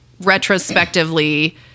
retrospectively